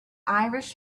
irish